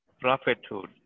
prophethood